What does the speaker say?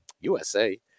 USA